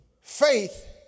Faith